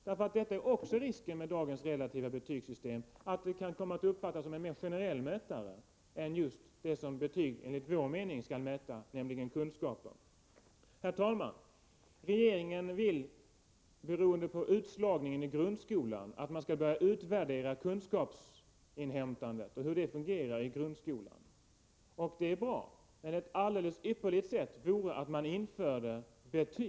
Ytterligare en risk med dagens relativa betygssystem är nämligen att det kan komma att uppfattas som en mer generell mätare än en mätare av sådant som betygen enligt vår mening skall mäta, nämligen kunskaper. Herr talman! Regeringen vill, beroende på utslagningen i grundskolan, att man skall börja utvärdera kunskapsinhämtandet där och se hur det fungerar. Det är bra. Ett alldeles ypperligt sätt att göra det vore att införa betyg.